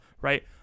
right